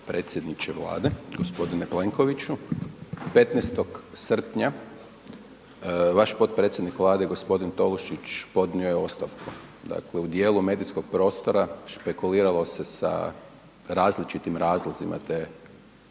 predsjedniče Vlade, gospodine Plenkoviću, 15. srpnja, vaš potpredsjednik Vlade g. Tolušić podnio je ostavku, dakle u dijelu medijskog prostora špekuliralo se sa različitim razlozima te